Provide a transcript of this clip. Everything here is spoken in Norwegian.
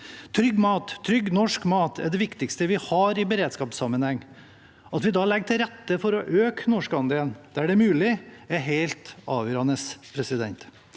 ressurser. Trygg norsk mat er det viktigste vi har i en beredskapssammenheng. At vi da legger til rette for å øke norskandelen der det er mulig, er helt avgjørende.